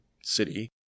city